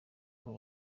ngo